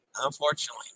Unfortunately